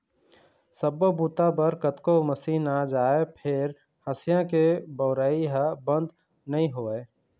सब्बो बूता बर कतको मसीन आ जाए फेर हँसिया के बउरइ ह बंद नइ होवय